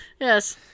Yes